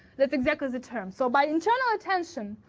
that's exactly the term. so by internal attention,